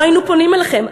לא היינו פונים אליכם,